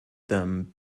them